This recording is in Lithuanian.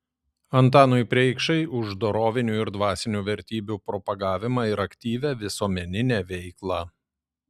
antanui preikšai už dorovinių ir dvasinių vertybių propagavimą ir aktyvią visuomeninę veiklą